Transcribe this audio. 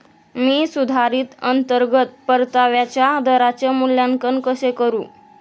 मी सुधारित अंतर्गत परताव्याच्या दराचे मूल्यांकन कसे करू?